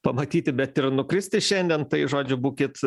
pamatyti bet ir nukristi šiandien žodžiu būkit